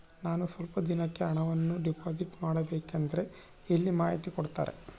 ನಾನು ಸ್ವಲ್ಪ ದಿನಕ್ಕೆ ಹಣವನ್ನು ಡಿಪಾಸಿಟ್ ಮಾಡಬೇಕಂದ್ರೆ ಎಲ್ಲಿ ಮಾಹಿತಿ ಕೊಡ್ತಾರೆ?